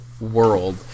world